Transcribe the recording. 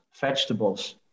vegetables